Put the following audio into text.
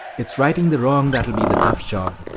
it's righting the wrong that will be the tough job,